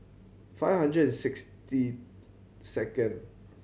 five hundred and sixty second